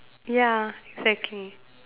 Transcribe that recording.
ya exactly